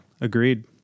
Agreed